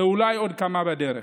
ואולי עוד כמה בדרך.